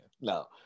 No